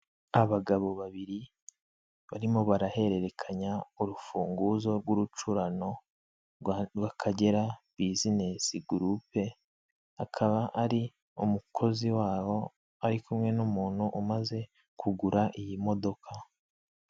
Abagabo babiri barimo barahererekanya urufunguzo rw'urucurano rw'Akagera bizinei gurupe, akaba ari umukozi waho ari kumwe n'umuntu umaze kugura iyi modoka.